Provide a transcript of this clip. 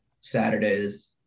Saturdays